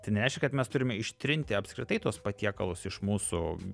tai nereiškia kad mes turime ištrinti apskritai tuos patiekalus iš mūsų